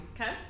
Okay